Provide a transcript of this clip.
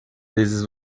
vezes